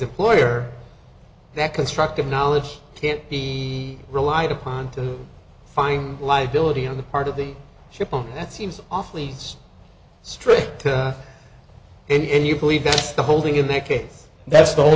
employer that construct of knowledge can't be relied upon to find liability on the part of the ship and that seems awfully strict and you believe that's the holding in that case that's the only